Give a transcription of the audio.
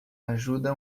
ajuda